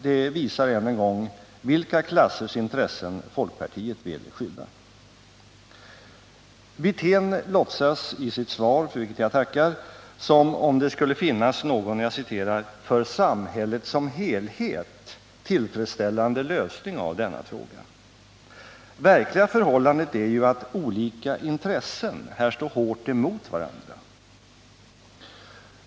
Det visar än en gång vilka klassers intressen folkpartiet vill skydda. Rolf Wirtén låtsas i sitt svar — för vilket jag tackar — som om det skulle finnas någon ”för samhället som helhet” tillfredsställande lösning av denna fråga. Verkliga förhållandet är ju att olika intressen här står hårt emot varandra.